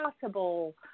possible